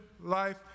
life